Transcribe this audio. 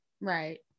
right